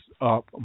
up